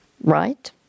right